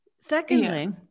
Secondly